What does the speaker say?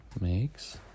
makes